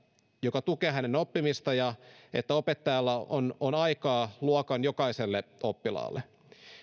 joka tukee hänen oppimistaan ja että opettajalla on on aikaa luokan jokaiselle oppilaalle